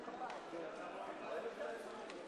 אנחנו ראינו בתי-ספר שנקראים על שם מתאבדים,